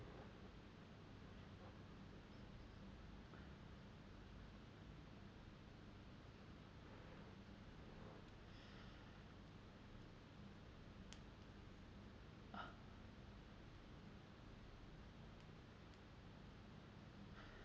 ah